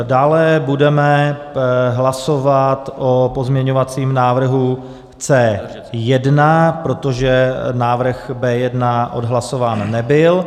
Dále budeme hlasovat o pozměňovacím návrhu C1, protože návrh B1 odhlasován nebyl.